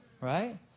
right